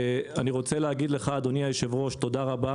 אני רוצה להגיד לך, אדוני היושב ראש, תודה רבה